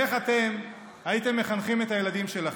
איך אתם הייתם מחנכים את הילדים שלכם?